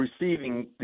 receiving